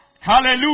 Hallelujah